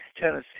Tennessee